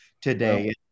today